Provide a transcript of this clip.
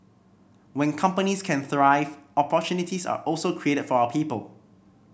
when companies can thrive opportunities are also created for our people